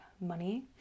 money